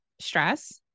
stress